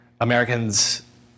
Americans